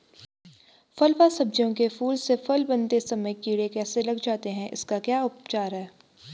फ़ल व सब्जियों के फूल से फल बनते समय कीड़े कैसे लग जाते हैं इसका क्या उपचार है?